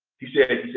he said, yes,